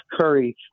Curry